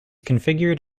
configured